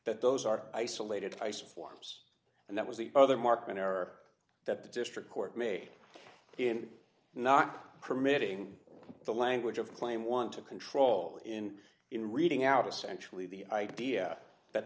that those are isolated ice forms and that was the other mark an error that the district court made in not permitting the language of claim want to control in in reading out essentially the idea that